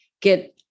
get